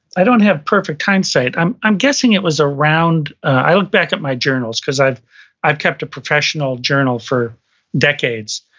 i don't have perfect hindsight. i'm i'm guessing it was around, i looked back at my journals, cause i've i've kept a professional journal for decades,